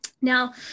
Now